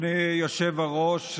אדוני היושב-ראש,